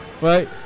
right